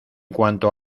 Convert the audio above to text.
cuanto